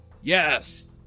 yes